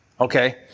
Okay